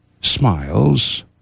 smiles